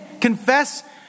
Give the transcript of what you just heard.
confess